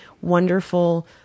wonderful